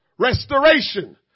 restoration